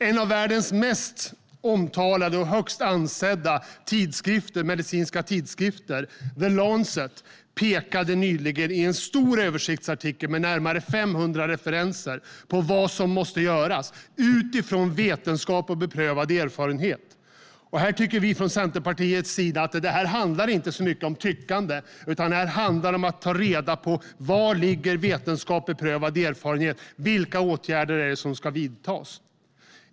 En av världens mest omtalade och högst ansedda medicinska tidskrifter, The Lancet, pekade nyligen i en stor översiktsartikel med närmare 500 referenser på vad som måste göras utifrån vetenskap och beprövad erfarenhet. Från Centerpartiets sida anser vi att det inte handlar så mycket om tyckande, utan det handlar om att ta reda på var vetenskap och beprövad erfarenhet ligger och vilka åtgärder det är som ska vidtas.